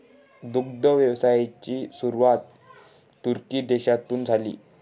दुग्ध व्यवसायाची सुरुवात तुर्की देशातून झाली